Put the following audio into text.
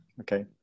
Okay